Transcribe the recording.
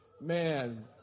man